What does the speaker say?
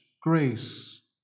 grace